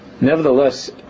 nevertheless